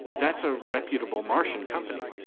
that is a reputable martian company.